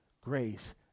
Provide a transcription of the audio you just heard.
grace